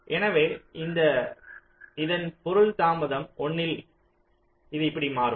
எனவே இதன் பொருள் தாமதம் 1 இல் இது இப்படி மாறும்